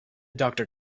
doctor